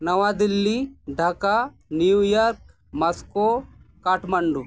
ᱱᱟᱣᱟ Delhi Dhaka New York Moscow Kathmandu